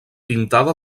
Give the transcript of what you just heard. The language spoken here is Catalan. pintada